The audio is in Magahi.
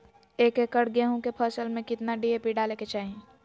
एक एकड़ गेहूं के फसल में कितना डी.ए.पी डाले के चाहि?